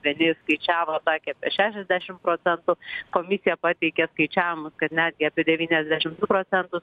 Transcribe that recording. vieni skaičiavo sakė apie šešiasdešim procentų komisija pateikė skaičiavimus kad netgi apie devyniasdešim du procentus